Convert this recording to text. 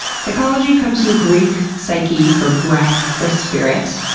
psychology comes from the greek psykhe for breath or spirit.